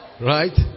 Right